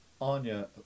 Anya